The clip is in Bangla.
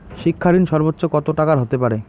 শিক্ষা ঋণ সর্বোচ্চ কত টাকার হতে পারে?